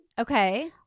okay